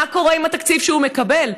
מה קורה עם התקציב שהוא מקבל,